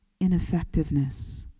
ineffectiveness